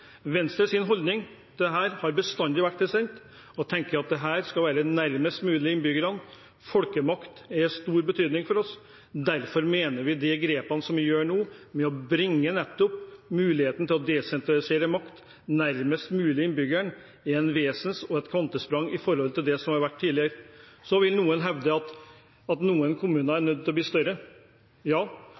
Folkemakt er av stor betydning for oss. Derfor mener vi at de grepene man nå tar med å bringe nettopp muligheten til å desentralisere makt nærmest mulig innbyggeren, gir en vesensforskjell og er et kvantesprang i forhold til det som har vært tidligere. Så vil noen hevde at noen kommuner er nødt til å bli større. Ja,